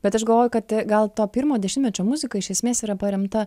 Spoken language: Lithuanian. bet aš galvoju kad gal to pirmo dešimtmečio muzika iš esmės yra paremta